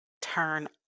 turn